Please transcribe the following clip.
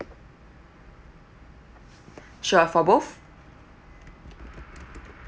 sure for both